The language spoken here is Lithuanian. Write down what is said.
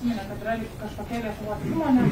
užsiminė kad yra lyg kažkokia lietuvos įmonė